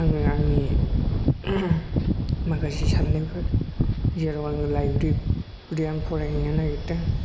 आङो आंनि माखासे सान्नायफोर जेराव आङो लाइब्रियान फरायहैनो नागिरदों